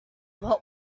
what